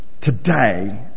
today